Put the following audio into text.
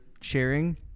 sharing